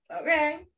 Okay